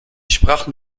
sprachen